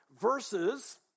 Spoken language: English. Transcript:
verses